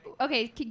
Okay